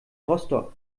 rostock